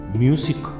music